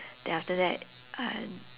then after that uh